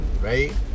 right